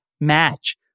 match